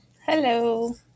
Hello